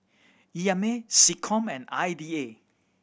E M A SecCom and I D A